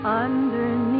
underneath